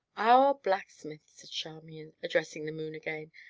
our blacksmith, said charmian, addressing the moon again,